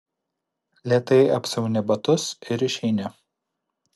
lėtai apsiauni batus ir išeini